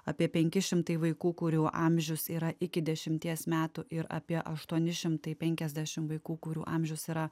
apie penki šimtai vaikų kurių amžius yra iki dešimties metų ir apie aštuoni šimtai penkiasdešimt vaikų kurių amžius yra